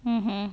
mmhmm